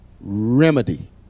remedy